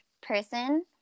person